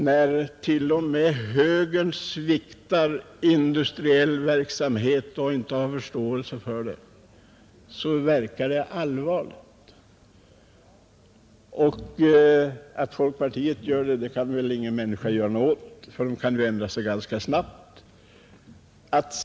När t.o.m. högern sviker industriell verksamhet och inte har förståelse för den, verkar det allvarligt. Att folkpartiet handlar på det sättet kan väl ingen människa göra någonting åt — det partiet kan ju ändra sig ganska snabbt.